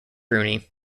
rooney